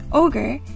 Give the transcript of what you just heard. ogre